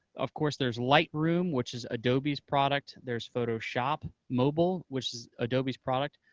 of course there's lightroom, which is adobe's product. there's photoshop mobile, which is adobe's product.